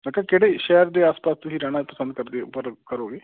ਮੈਂ ਕਿਹਾ ਕਿਹੜੇ ਸ਼ਹਿਰ ਦੇ ਆਸ ਪਾਸ ਤੁਸੀਂ ਰਹਿਣਾ ਪਸੰਦ ਕਰਦੇ ਹੋ ਪਰ ਕਰੋਗੇ